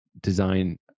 design